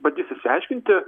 bandys išsiaiškinti